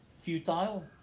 futile